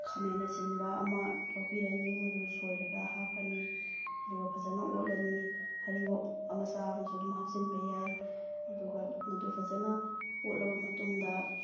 ꯈꯥꯃꯦꯟ ꯑꯁꯤꯟꯕ ꯑꯃ ꯂꯧꯕꯤꯔꯅꯤ ꯃꯗꯨ ꯁꯣꯏꯔꯒ ꯍꯥꯞꯄꯅꯤ ꯑꯗꯨꯒ ꯐꯖꯅ ꯑꯣꯠꯂꯅꯤ ꯍꯔꯤꯕꯣꯞ ꯃꯆꯥ ꯑꯃꯁꯨ ꯑꯗꯨꯝ ꯍꯥꯞꯆꯤꯟꯕ ꯌꯥꯏ ꯑꯗꯨꯒ ꯃꯗꯨ ꯐꯖꯅ ꯑꯣꯠꯂꯕ ꯃꯇꯨꯡꯗ